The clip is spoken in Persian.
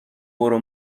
برو